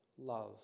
love